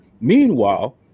Meanwhile